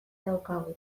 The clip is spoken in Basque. daukagu